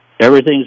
Everything's